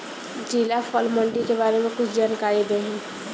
जिला फल मंडी के बारे में कुछ जानकारी देहीं?